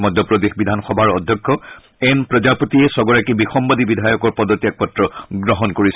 মধ্য প্ৰদেশ বিধান সভাৰ অধ্যক্ষ এন প্ৰজাপতিয়ে ছগৰাকী বিসম্বাদী বিধায়কৰ পদত্যাগ পত্ৰ গ্ৰহণ কৰিছে